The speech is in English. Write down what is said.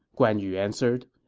guan yu answered.